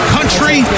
Country